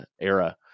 era